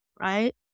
Right